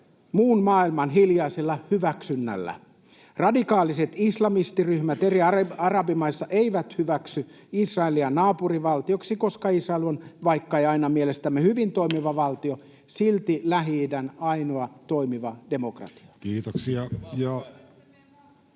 muun maailman hiljaisella hyväksynnällä. Radikaaliset islamistiryhmät eri arabimaissa eivät hyväksy Israelia naapurivaltioksi, koska Israel on, vaikka ei aina mielestämme hyvin toimiva valtio, silti Lähi-idän ainoa toimiva demokratia.